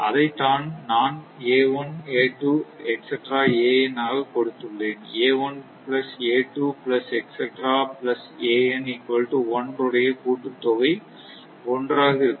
அதை தான் நான் ஆக கொடுத்துள்ளேன் உடைய கூட்டு தொகை 1 ஆக இருக்கும்